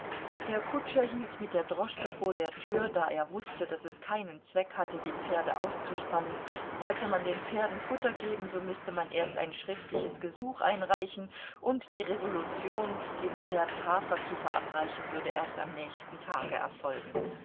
der kutscher hielt mit der droschke vor der tür da er wußte daß es keinen zweck hatte die pferde auszuspannen wollte man den pferden futter geben so müßte man erst ein schriftliches gesuch einreichen und die resolution den pferden hafer zu verabreichen würde erst am nächsten tage erfolgen